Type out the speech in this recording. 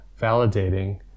Validating